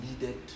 needed